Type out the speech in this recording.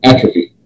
Atrophy